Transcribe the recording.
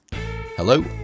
Hello